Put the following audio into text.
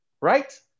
right